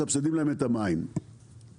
מסבסדים להם את המים השפירים.